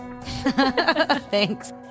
thanks